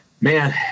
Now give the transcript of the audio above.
Man